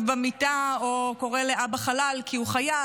במיטה או קורא לאבא "חלל" כי הוא חייל,